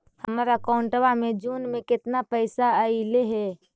हमर अकाउँटवा मे जून में केतना पैसा अईले हे?